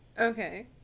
Okay